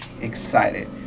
excited